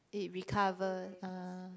it recover ah